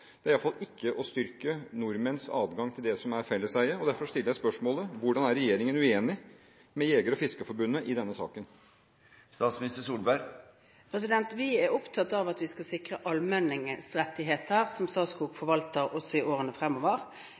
Det er iallfall ikke å styrke nordmenns adgang til det som er felleseie, og derfor stiller jeg spørsmålet: Hvordan er regjeringen uenig med Jeger- og Fiskerforbundet i denne saken? Vi er opptatt av at vi skal sikre allmenningens rettigheter, som Statskog forvalter også i årene fremover.